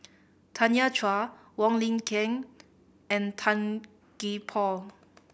Tanya Chua Wong Lin Ken and Tan Gee Paw